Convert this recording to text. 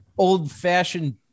Old-fashioned